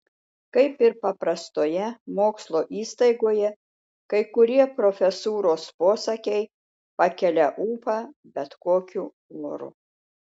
kaip ir paprastoje mokslo įstaigoje kai kurie profesūros posakiai pakelia ūpą bet kokiu oru